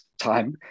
time